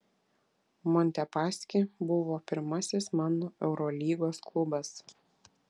montepaschi buvo pirmasis mano eurolygos klubas